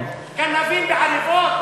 אתה רוצה גנבים בעניבות?